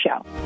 Show